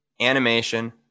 Animation